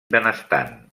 benestant